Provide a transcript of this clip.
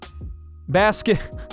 Basket